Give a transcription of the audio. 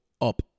up